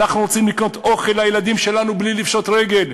אנחנו רוצים לקנות אוכל לילדים שלנו בלי לפשוט רגל,